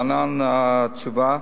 להלן התשובה: